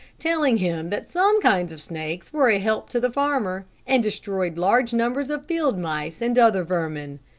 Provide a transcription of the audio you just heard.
telling him that some kinds of snakes were a help to the farmer, and destroyed large numbers of field mice and other vermin.